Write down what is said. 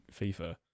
FIFA